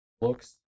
looks